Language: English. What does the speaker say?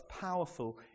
powerful